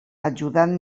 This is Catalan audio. ajudant